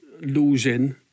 losing